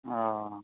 हॅं